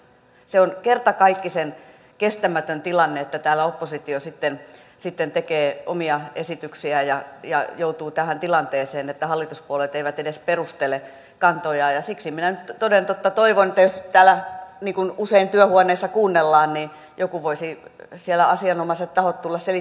se on kertakaikkisen kestämätön tilanne että täällä oppositio sitten tekee omia esityksiä ja joutuu tähän tilanteeseen että hallituspuolueet eivät edes perustele kantojaan ja siksi minä nyt toden totta toivon että jos täällä joku kuuntelee niin kuin usein työhuoneissa kuunnellaan niin asianomaiset tahot voisivat sieltä tulla selittämään